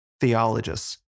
theologists